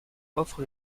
offre